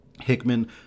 Hickman